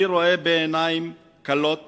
אני רואה בעיניים כלות